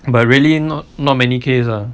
but really not not many case ah